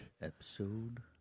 Episode